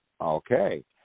Okay